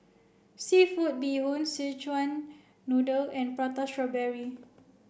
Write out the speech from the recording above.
Seafood Bee Hoon Szechuan Noodle and prata strawberry